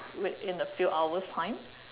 in a few hours time